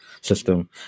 system